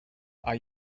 are